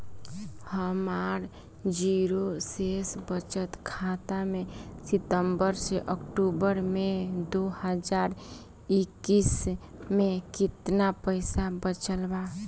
हमार जीरो शेष बचत खाता में सितंबर से अक्तूबर में दो हज़ार इक्कीस में केतना पइसा बचल बा?